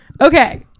Okay